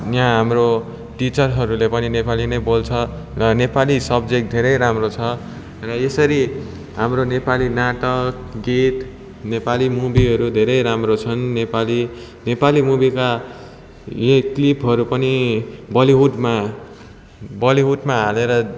यहाँ हाम्रो टिचरहरूले पनि नेपाली नै बोल्छ र नेपाली सब्जेक्ट धेरै राम्रो छ र यसरी हाम्रो नेपाली नाटक गीत नेपाली मुभीहरू धेरै राम्रो छन् नेपाली नेपाली मुभीका यी क्लिपहरू पनि बलिहुडमा बलिहुडमा हालेर